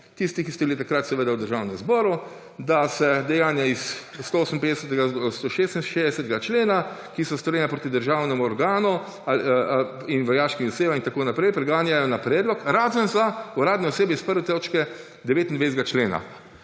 tisti, ki ste bili takrat seveda v Državnem zboru –, da se dejanja iz 158., 166. člena, ki so storjena proti državnemu organu in vojaškim osebam in tako naprej, preganjajo na predlog, razen za uradne osebe iz 1. točke 29. člena.